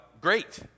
great